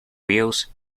wheels